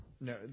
no